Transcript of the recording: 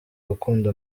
gukunda